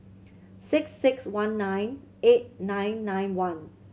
six six one nine eight nine nine one